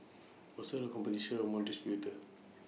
also the competition among distributors